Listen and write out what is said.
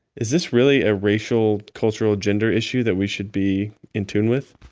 is this really a racial cultural gender issue that we should be in tune with?